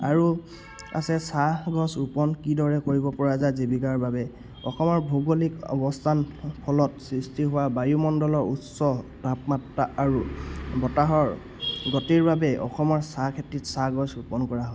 আৰু আছে চাহ গছ ৰোপণ কিদৰে কৰিব পৰা যায় জীৱিকাৰ বাবে অসমৰ ভৌগোলিক অৱস্থান ফলত সৃষ্টি হোৱা বায়ুমণ্ডলৰ উচ্চ তাপমাত্ৰা আৰু বতাহৰ গতিৰ বাবে অসমৰ চাহ খেতিত চাহ গছ ৰোপণ কৰা হয়